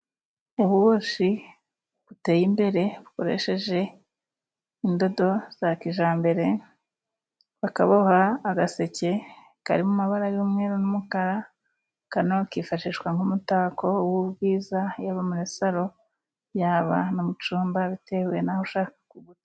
Ububoshyi buteye imbere bukoresheje indodo za kijyambere, bakaboha agaseke kari mu mabara y'umweru n'umukara, kano kifashishwa nk'umutako w'ubwiza, yaba muri saro, yaba no mu cyumba, bitewe naho ushaka.